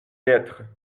lettres